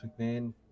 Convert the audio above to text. McMahon